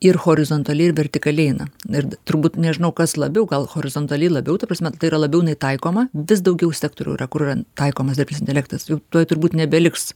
ir horizontaliai ir vertikaliai eina ir turbūt nežinau kas labiau gal horizontaliai labiau ta prasme tai yra labiau jinai taikoma vis daugiau sektorių yra kur yra taikomas dirbtinis intelektas jau tuoj turbūt nebeliks